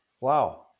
Wow